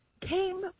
came